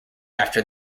after